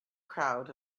crowd